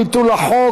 ביטול החוק),